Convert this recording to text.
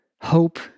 hope